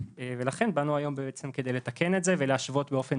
ולכן באנו היום בעצם כדי לתקן את זה ולהשוות באופן